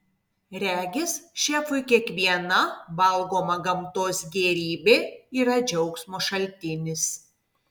regis šefui kiekviena valgoma gamtos gėrybė yra džiaugsmo šaltinis